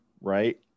right